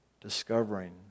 discovering